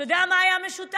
אתה יודע מה היה משותף?